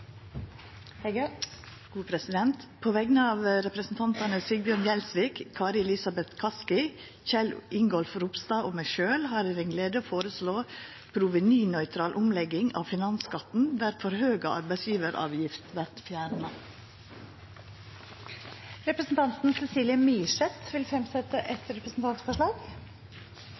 Heggø vil fremsette et representantforslag. På vegner av representantane Sigbjørn Gjelsvik, Kari Elisabeth Kaski, Kjell Ingolf Ropstad og meg sjølv har eg gleda av å leggja fram eit representantforslag om provenynøytral omlegging av finansskatten der forhøga arbeidsgivaravgift vert fjerna. Representanten Cecilie Myrseth vil fremsette et representantforslag.